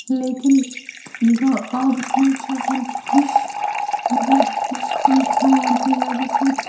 لیکِن گا آبَس منٛز چھِ آسان فِش مطلب أسۍ چھِ تم کھٮ۪وان تمہِ وَجہ سۭتۍ